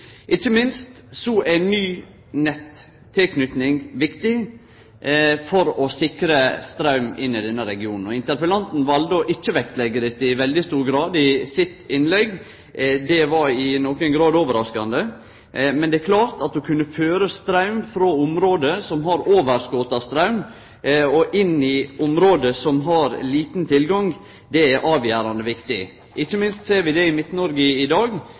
Ikkje minst er ny nettilknyting viktig for å sikre straum inn i denne regionen. Interpellanten valde å ikkje vektleggje dette i veldig stor grad i sitt innlegg. Det var i nokon grad overraskande, men det er klart at å kunne føre straum frå område som har overskot av straum, inn til område som har liten tilgang, er avgjerande viktig. Ikkje minst ser vi det i Midt-Noreg i dag